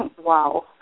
Wow